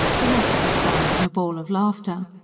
the rest was drowned in a bawl of laughter.